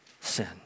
sin